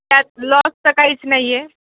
त्यात लॉस तर काहीच नाही आहे